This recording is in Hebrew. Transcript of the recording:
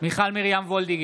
מיכל מרים וולדיגר,